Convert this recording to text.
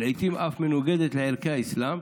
ולעיתים אף כמנוגדת לערכי האסלאם.